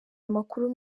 amakuru